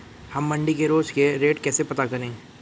हम मंडी के रोज के रेट कैसे पता करें?